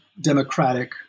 democratic